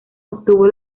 obtuvo